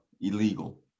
illegal